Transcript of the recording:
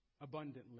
abundantly